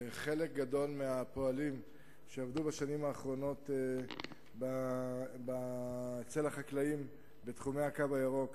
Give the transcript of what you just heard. חלק גדול מהפועלים שעבדו בשנים האחרונות אצל חקלאים בתחומי "הקו הירוק"